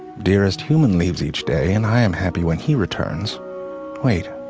dearest human leaves each day and i am happy when he returns wait,